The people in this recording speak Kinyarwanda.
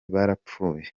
barapfuye